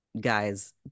guys